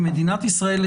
מדינת ישראל כרגע,